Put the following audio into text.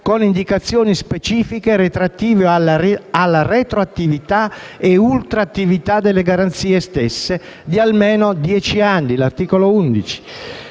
con indicazioni specifiche relative alla retroattività e all'ultrattività delle garanzie stesse di almeno dieci anni, ai sensi